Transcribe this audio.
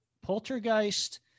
Poltergeist